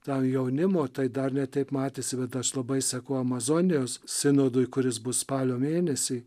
ta jaunimo tai dar ne teip matėsi bet tas labai seku amazonijos sinodui kuris bus spalio mėnesį